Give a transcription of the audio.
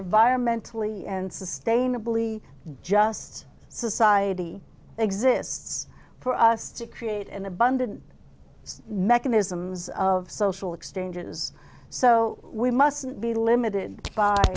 environmentally and sustainably just society exists for us to create an abundant mechanisms of social exchanges so we mustn't be limited by